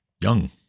young